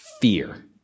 fear